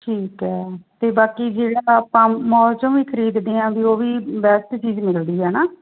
ਠੀਕ ਹੈ ਅਤੇ ਬਾਕੀ ਜਿਹੜਾ ਆਪਾਂ ਮੋਲ 'ਚੋਂ ਵੀ ਖਰੀਦਦੇ ਹਾਂ ਵੀ ਉਹ ਵੀ ਬੈਸਟ ਚੀਜ਼ ਮਿਲਦੀ ਹੈ ਨਾ